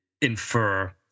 infer